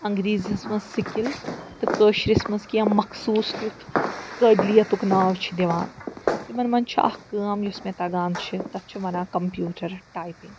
انٛگریٖزیس منٛز سِکِل تہٕ کٲشرِس منٛز کیٚنٛہہ مخصوٗص تیٛتھ قٲبلیتُک ناو چھِ دِوان تِمَن منٛز چھِ اَکھ کٲم یۄس مےٚ تَگان چھِ تَتھ چھِ وَنان کَمپیٛوٗٹَر ٹایپِنٛگ